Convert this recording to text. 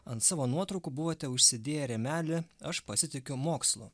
ant savo nuotraukų buvote užsidėję rėmelį aš pasitikiu mokslu